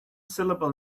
syllable